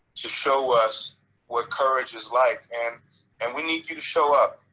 to show us what courage is like. and and we need you to show up.